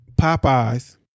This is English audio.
Popeyes